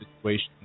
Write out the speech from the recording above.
situation